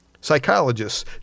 Psychologists